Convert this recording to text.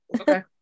Okay